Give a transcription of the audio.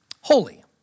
holy